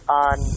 on